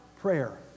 prayer